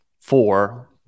four